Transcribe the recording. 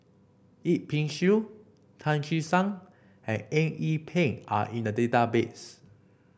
Yip Pin Xiu Tan Che Sang and Eng Yee Peng are in the database